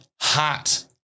hot